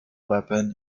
weapon